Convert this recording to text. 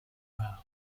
well